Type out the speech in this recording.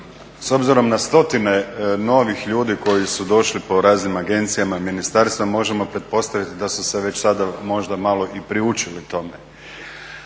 s obzirom na stotine novih ljudi koji su došli po raznim agencijama i ministarstvima možemo pretpostaviti da su se već sada možda malo i priučili tome.